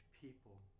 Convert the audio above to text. people